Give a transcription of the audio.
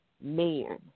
man